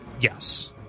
Yes